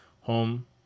home